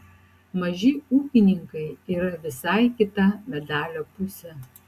maži ūkininkai yra visai kita medalio pusė